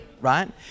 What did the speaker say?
right